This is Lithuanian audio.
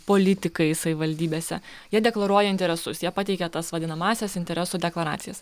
politikai savivaldybėse jie deklaruoja interesus jie pateikia tas vadinamąsias interesų deklaracijas